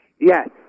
Yes